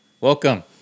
welcome